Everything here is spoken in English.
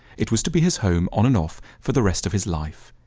it was to be his home on and off for the rest of his life.